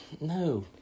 No